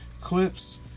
clips